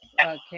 okay